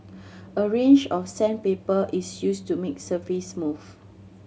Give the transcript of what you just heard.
a range of sandpaper is used to make the surface smooth